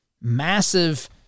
massive